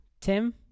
Tim